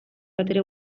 batere